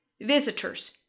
Visitors